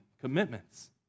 commitments